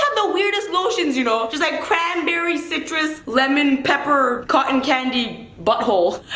the weirdest lotions. you know just like cranberry citrus lemon pepper cotton candy butt hole.